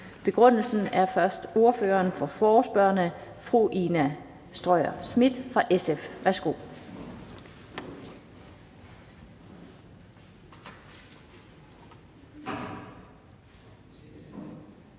begrundelse fra ordføreren for forespørgerne, fru Ina Strøjer-Schmidt fra SF. Værsgo.